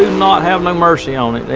not have no mercy on it.